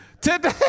Today